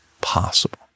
possible